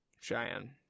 Cheyenne